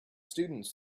students